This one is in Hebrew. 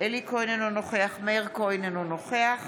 אלי כהן, אינו נוכח מאיר כהן, אינו נוכח